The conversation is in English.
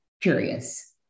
curious